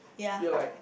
you're like